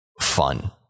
fun